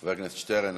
חבר הכנסת שטרן,